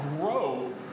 grow